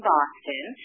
Boston